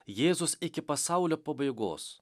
jėzus iki pasaulio pabaigos